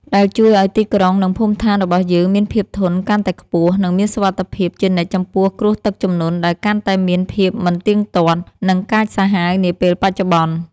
ដែលជួយឱ្យទីក្រុង និងភូមិឋានរបស់យើងមានភាពធន់កាន់តែខ្ពស់ និងមានសុវត្ថិភាពជានិច្ចចំពោះគ្រោះទឹកជំនន់ដែលកាន់តែមានភាពមិនទៀងទាត់ និងកាចសាហាវនាពេលបច្ចុប្បន្ន។